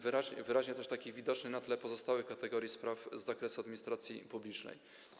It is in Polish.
Wyraźnie jest to widoczne na tle pozostałych kategorii spraw z zakresu administracji publicznej.